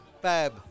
Bab